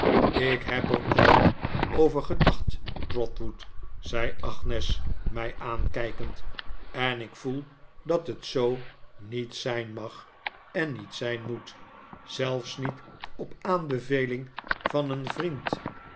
ik heb er al over gedacht trotwood zei agnes mij aankijkend en ik voel dat het zoo niet zijn mag en niet zijn moet zelfs niet op aanbeveling van een vriend